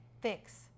fix